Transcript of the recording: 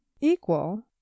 equal